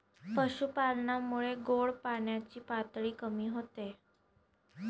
पशुपालनामुळे गोड पाण्याची पातळी कमी होते